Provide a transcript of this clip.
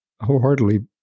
wholeheartedly